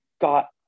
got